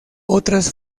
otras